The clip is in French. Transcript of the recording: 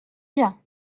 bien